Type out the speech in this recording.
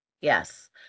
Yes